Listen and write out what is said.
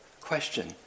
question